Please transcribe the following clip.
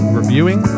reviewing